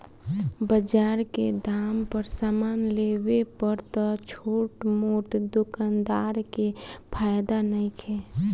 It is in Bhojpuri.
बजार के दाम पर समान लेवे पर त छोट मोट दोकानदार के फायदा नइखे